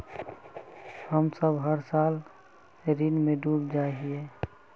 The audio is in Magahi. हम सब हर साल ऋण में डूब जाए हीये?